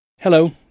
Hello